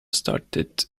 started